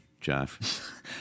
jeff